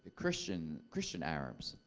christian christian arabs.